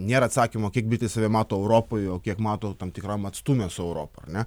nėra atsakymo kiek britai save mato europoj o kiek mato tam tikram atstume su europa ane